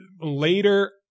later